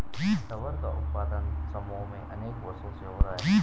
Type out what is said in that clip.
rubber का उत्पादन Samoa में अनेक वर्षों से हो रहा है